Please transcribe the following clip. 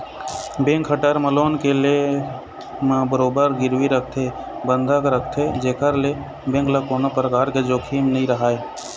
bank ह term loan के ले म बरोबर गिरवी रखथे बंधक रखथे जेखर ले बेंक ल कोनो परकार के जोखिम नइ रहय